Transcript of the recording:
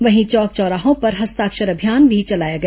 वहीं चौक चौराहों पर हस्ताक्षर अभियान भी चलाया गया